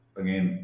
again